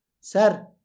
Sir